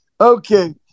Okay